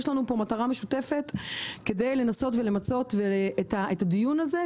יש לנו מטרה משותפת כדי לנסות ולמצות את הדיון הזה.